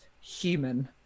human